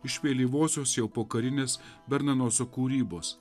iš vėlyvosios jo pokarinės bernoto kūrybos